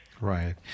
Right